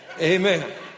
amen